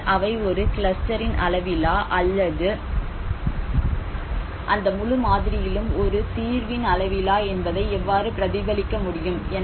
பின்னர் அவை ஒரு கிளஸ்டரின் அளவிலா அல்லது அந்த முழு மாதிரியிலும் ஒரு தீர்வின் அளவிலா என்பதை எவ்வாறு பிரதிபலிக்க முடியும்